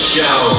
Show